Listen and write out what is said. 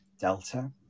Delta